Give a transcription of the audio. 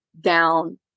down